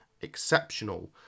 exceptional